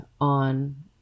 on